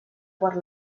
per